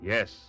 Yes